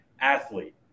athlete